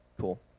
Cool